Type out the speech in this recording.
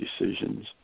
decisions